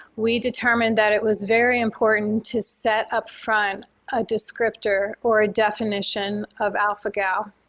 we determined that it was very important to set upfront a descriptor or a definition of alpha-gal.